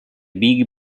big